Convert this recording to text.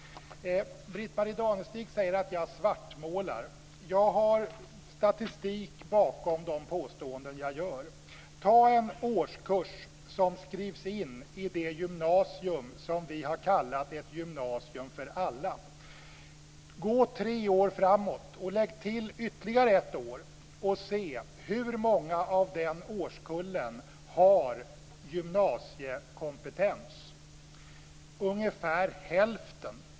Britt-Marie Danestig säger att jag svartmålar. Jag har statistik bakom mina påståenden. Ta som exempel en årskurs som skrivs in i det gymnasium som vi har kallat ett gymnasium för alla. Gå tre år framåt, lägg till ytterligare ett år och se efter hur många av den årskullen som har gymnasiekompetens! Ungefär hälften.